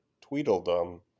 Tweedledum